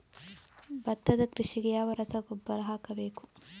ಭತ್ತದ ಕೃಷಿಗೆ ಯಾವ ರಸಗೊಬ್ಬರ ಹಾಕಬೇಕು?